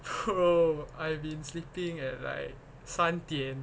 oh I've been sleeping at like 三点